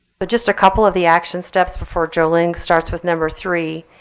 but just a couple of the action steps before jolene starts with number three.